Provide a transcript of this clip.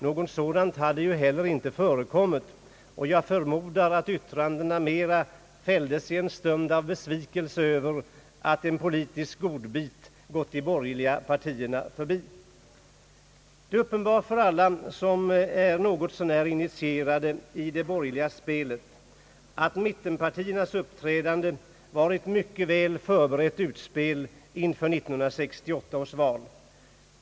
Något sådant hade ju heller inte förekommit, och jag förmodar att yttrandena fälldes i en stund av besvikelse över att en »politisk godbit» gått de borgerliga partierna förbi. Det är uppenbart för alla som är något så när initierade i det borgerliga spelet att mittenpartiernas uppträdande var ett mycket väl förberett utspel inför 1968 års val.